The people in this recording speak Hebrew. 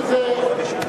כשזה,